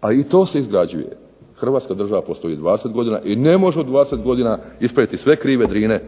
A i to se izgrađuje. Hrvatska država postoji 20 godina i ne može u 20 godina ispraviti sve krive drine